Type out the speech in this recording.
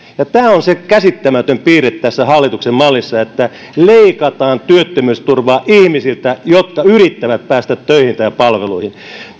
tämä on se käsittämätön piirre tässä hallituksen mallissa että leikataan työttömyysturvaa ihmisiltä jotka yrittävät päästä töihin tai palveluihin